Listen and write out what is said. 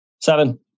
Seven